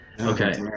Okay